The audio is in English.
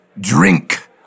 drink